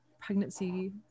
pregnancy